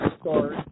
start –